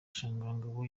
sharangabo